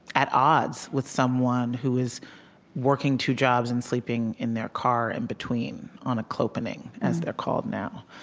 at odds with someone who is working two jobs and sleeping in their car in between, on a clopening, as they're called now.